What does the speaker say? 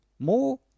more